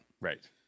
right